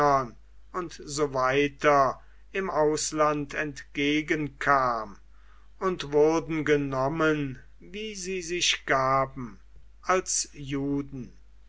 und so weiter im ausland entgegenkam und wurden genommen wie sie sich gaben als juden